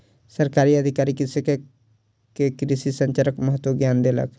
सरकारी अधिकारी कृषक के कृषि संचारक महत्वक ज्ञान देलक